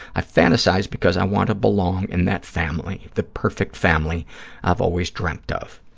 i fantasize because i want to belong in that family, the perfect family i've always dreamt of.